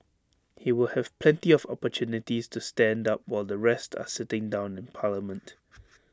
he will have plenty of opportunities to stand up while the rest are sitting down in parliament